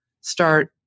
start